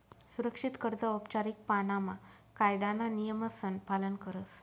सुरक्षित कर्ज औपचारीक पाणामा कायदाना नियमसन पालन करस